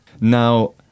Now